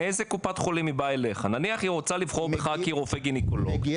נניח שהיא רוצה לבחור בך כרופא גניקולוג,